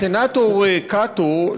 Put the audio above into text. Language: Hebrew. הסנטור קאטו,